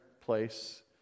place